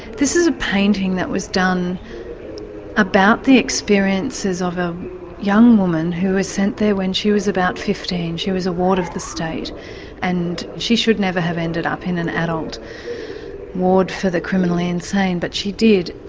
this is a painting that was done about the experiences of a young woman who was sent there when she was about fifteen, she was a ward of the state and she should never have ended up in an adult ward for the criminally insane but she did.